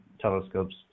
telescopes